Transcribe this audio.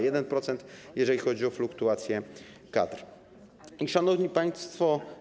1%, jeżeli chodzi o fluktuację kadr. Szanowni Państwo!